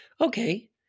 Okay